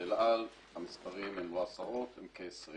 באל על המספרים הם לא עשרות, הם כ-20.